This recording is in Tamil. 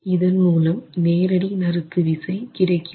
இதன் மூலம் நேரடி நறுக்கு விசை கிடைக்கிறது